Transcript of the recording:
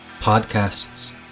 podcasts